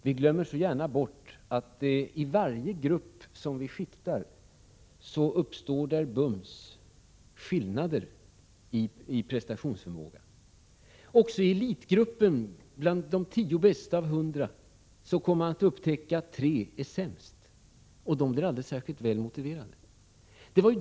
Vi glömmer så gärna bort att i varje grupp som vi skiktar uppstår det bums skillnader i prestationsförmåga. Också i elitgruppen — bland de tio bästa av hundra — kommer man att upptäcka att tre är sämst, och de blir aldrig särskilt väl motiverade.